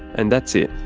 and that's it.